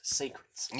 secrets